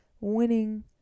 winning